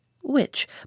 which